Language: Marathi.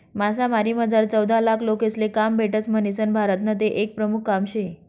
मासामारीमझार चौदालाख लोकेसले काम भेटस म्हणीसन भारतनं ते एक प्रमुख काम शे